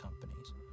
companies